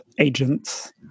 agents